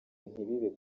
ntibibe